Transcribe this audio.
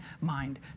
mind